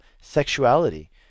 sexuality